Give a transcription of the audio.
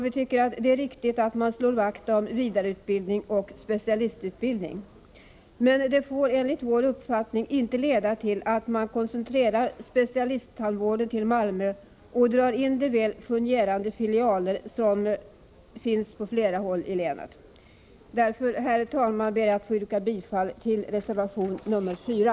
Vi tycker att det är riktigt att man slår vakt om vidareutbildning och specialistutbildning, men det får enligt vår uppfattning inte leda till att man koncentrerar specialisttandvården till Malmö och drar in de väl fungerande specialistfilialer som finns på andra håll i länet. Herr talman! Jag ber att få yrka bifall till reservation 4.